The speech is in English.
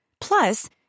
Plus